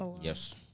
Yes